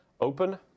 open